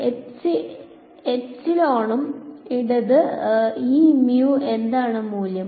എപ്സിലോണും mu വും ഇവിടെയും എന്താണ് മൂല്യം